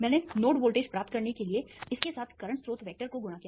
मैंने node voltage प्राप्त करने के लिए इसके साथ करंट स्रोत वेक्टर को गुणा किया